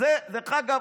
חומר,